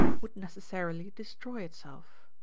would necessarily destroy itself.